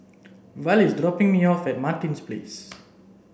Val is dropping me off at Martin Place